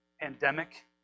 pandemic